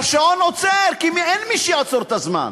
והשעון עוצר, אין מי שיעצור את הזמן.